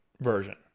version